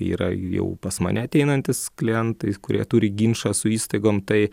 yra jau pas mane ateinantys klientai kurie turi ginčą su įstaigom tai